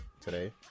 today